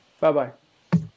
Bye-bye